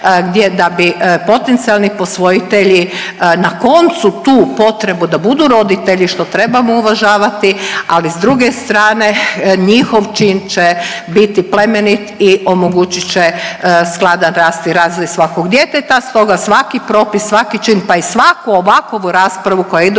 gdje da bi potencijalni posvojitelji na koncu tu potrebu da budu roditelji što trebamo uvažavati, ali s druge strane njihov čin će biti plemenit i omogućit će skladan rast i razvoj svakog djeteta. Stoga svaki propis, svaki čin, pa i svaku ovakovu raspravu koja ide